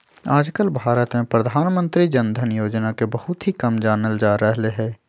आजकल भारत में प्रधानमंत्री जन धन योजना के बहुत ही कम जानल जा रहले है